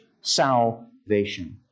salvation